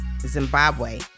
Zimbabwe